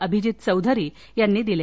अभिजित चौधरी यांनी दिले